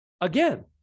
again